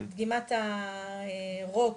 דגימת הרוק,